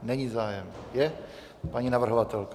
Není zájem... je, paní navrhovatelka.